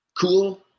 cool